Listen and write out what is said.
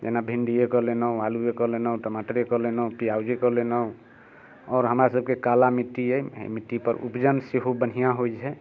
जेना भिण्डिए कऽ लेनौ आलूए कऽ लेनौ टमाटरे कऽ लेनौ प्यौजे कऽ लेनौ आओर हमरा सभके काला मिट्टी अइ मिट्टीपर उपजन सेहो बन्हािआँ होइ छै